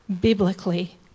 biblically